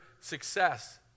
success